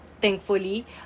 thankfully